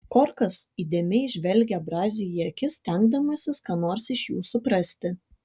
korkas įdėmiai žvelgė braziui į akis stengdamasis ką nors iš jų suprasti